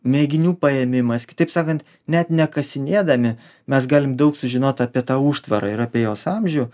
mėginių paėmimas kitaip sakant net nekasinėdami mes galim daug sužinot apie tą užtvarą ir apie jos amžių